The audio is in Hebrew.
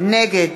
נגד